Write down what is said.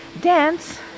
dance